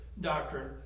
doctrine